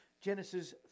Genesis